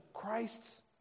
Christ's